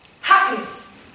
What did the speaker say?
Happiness